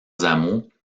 hameaux